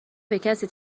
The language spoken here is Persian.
بکسی